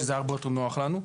שזה היה הרבה יותר נוח לנו.